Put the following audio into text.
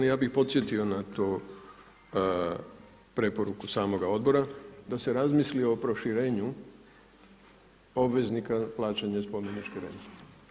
Ja bih podsjetio na to preporuku samoga odbora, da se razmisli o proširenju obveznika plaćanja spomeničke rente.